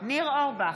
ניר אורבך,